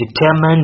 determined